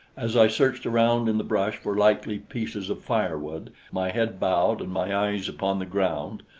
as i searched around in the brush for likely pieces of firewood, my head bowed and my eyes upon the ground,